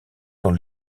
sont